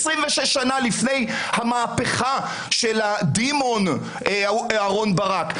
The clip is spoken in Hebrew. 26 שנה לפני המהפכה של הדימון אהרן ברק.